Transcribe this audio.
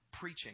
preaching